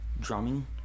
drumming